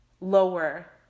lower